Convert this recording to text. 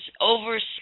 over